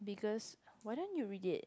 biggest why then you read it